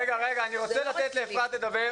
רגע, אני רוצה לתת לאפרת לדבר.